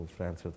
France